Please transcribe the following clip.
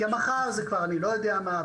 כי המחר זה כבר אני לא יודע מה,